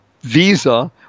visa